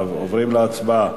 אנחנו עוברים להצבעה.